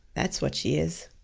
that's what she is.